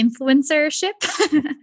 influencership